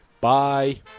Bye